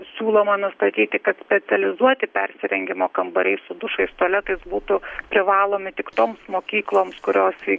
siūloma nustatyti kad specializuoti persirengimo kambariai su dušais tualetais būtų privalomi tik toms mokykloms kurios